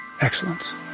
Excellence